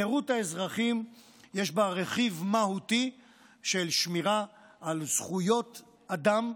חירות האזרחים יש בה רכיב מהותי של שמירה על זכויות אדם,